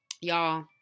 Y'all